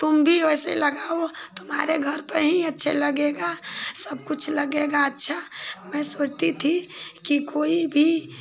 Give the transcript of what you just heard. तुम भी वैसे लगाओ तुम्हारे घर पर ही अच्छे लगेगा सब कुछ लगेगा अच्छा मैं सोचती थी की कोई भी